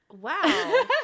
Wow